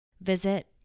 Visit